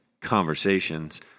conversations